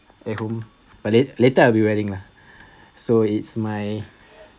at home but late~ later I'll be wearing lah so it's my